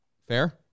Fair